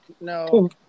No